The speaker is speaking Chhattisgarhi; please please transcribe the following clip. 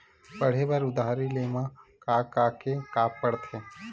पढ़े बर उधारी ले मा का का के का पढ़ते?